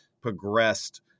progressed